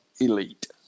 elite